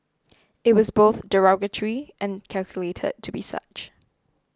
it was both derogatory and calculated to be such